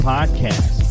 Podcast